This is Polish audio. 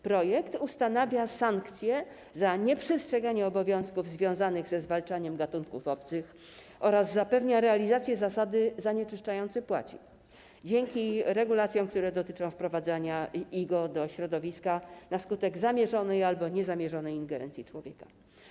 Projekt ustanawia sankcje za nieprzestrzeganie obowiązków związanych ze zwalczaniem gatunków obcych oraz zapewnia realizację zasady: zanieczyszczający płaci dzięki regulacjom, które dotyczą wprowadzania IGO do środowiska na skutek zamierzonej albo niezamierzonej ingerencji człowieka.